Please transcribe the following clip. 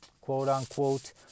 quote-unquote